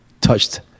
touched